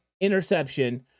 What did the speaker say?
interception